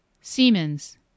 Siemens